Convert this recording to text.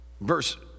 verse